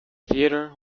theater